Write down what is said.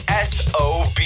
SOB